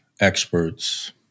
experts